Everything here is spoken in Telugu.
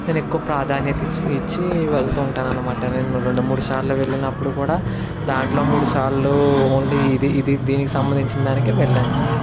నేను ఎక్కువ ప్రాధాన్యత ఇస్ ఇచ్చి వెళ్తు ఉంటాను అనమాట నేను రెండు మూడు సార్లు వెళ్ళినప్పుడు కూడా దాంట్లో మూడుసార్లు ఓన్లీ ఇది ఇది దీనికి సంబంధించిన దానికే వెళ్ళాను నేను